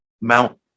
Mount